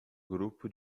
grupo